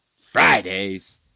Fridays